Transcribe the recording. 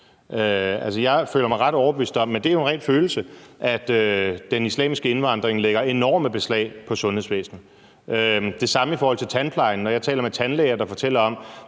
Jeg føler mig ret overbevist om, men det er en ren følelse, at den islamiske indvandring lægger enormt beslag på sundhedsvæsenet. Det samme gælder i forhold til tandplejen, når jeg taler med tandlæger, der fortæller om,